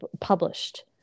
published